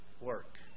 work